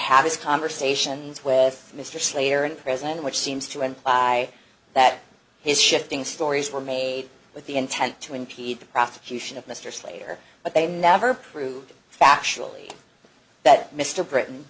have these conversations with mr slater in prison which seems to imply that his shifting stories were made with the intent to impede the prosecution of mr slater but they never proved factually that mr britain